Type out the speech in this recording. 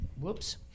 Whoops